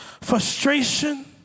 frustration